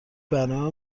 برنامه